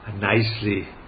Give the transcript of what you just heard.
nicely